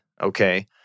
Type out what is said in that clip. Okay